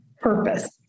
purpose